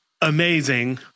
amazing